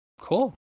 Cool